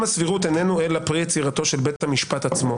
הסבירות איננו אלא פרי יצירתו של בית המשפט עצמו,